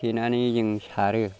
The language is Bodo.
थेनानै जों सारो